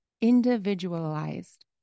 individualized